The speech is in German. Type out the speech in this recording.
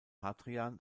hadrian